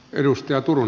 höpö höpö